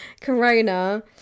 corona